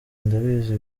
ndabizi